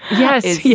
yes. yeah